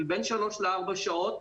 בין שלוש לארבע שעות,